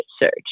research